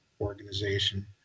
organization